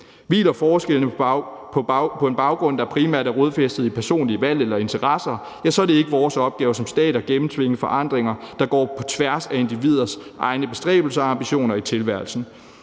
Hviler forskellene på en baggrund, der primært er rodfæstet i personlige valg eller interesser, så er det ikke vores opgave som stat at gennemtvinge forandringer, der går på tværs af individers egne bestræbelser og ambitioner i tilværelsen.